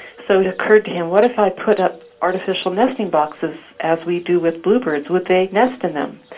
so it occurred to him, what if i put up artificial nesting boxes, as we do with bluebirds? would they nest in them?